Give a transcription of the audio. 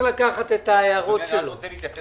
להתערב